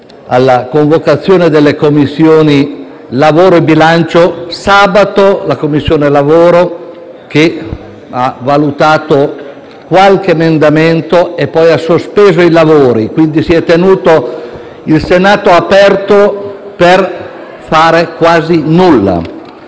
alla convocazione delle Commissioni lavoro e bilancio. Sabato la Commissione lavoro ha valutato qualche emendamento e poi ha sospeso i lavori. Quindi, si è tenuto il Senato aperto per fare quasi nulla.